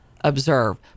observe